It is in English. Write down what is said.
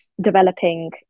developing